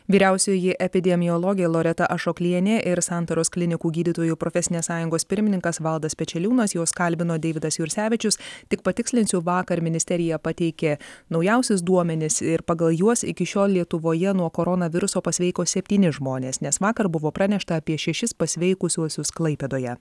vyriausioji epidemiologe loreta ašoklienė ir santaros klinikų gydytojų profesinės sąjungos pirmininkas valdas pečeliūnas juos kalbino deividas jursevičius tik patikslinsiu vakar ministerija pateikė naujausius duomenis ir pagal juos iki šiol lietuvoje nuo koronaviruso pasveiko septyni žmonės nes vakar buvo pranešta apie šešis pasveikusiuosius klaipėdoje